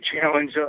challenge